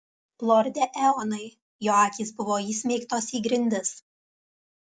lorde eonai jo akys buvo įsmeigtos į grindis